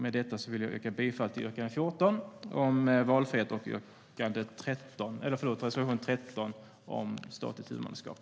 Med detta yrkar jag bifall till reservation 14 om valfrihet och reservation 13 om statligt huvudmannaskap.